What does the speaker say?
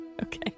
Okay